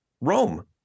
Rome